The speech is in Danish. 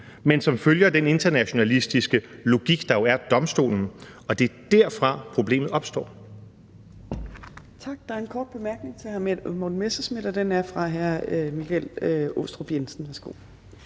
men som følger den internationalistiske logik, der jo er ved domstolen, og det er derfra, problemet opstår.